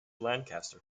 lancaster